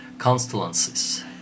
Constellations